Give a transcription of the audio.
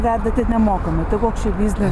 vedate nemokamai tai koks čia biznis